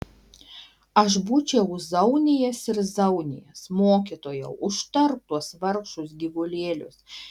aš būčiau zaunijęs ir zaunijęs mokytojau užtark tuos vargšus gyvulėlius